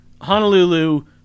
Honolulu